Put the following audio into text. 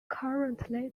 currently